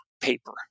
paper